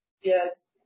Yes